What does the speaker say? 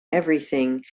everything